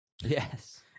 Yes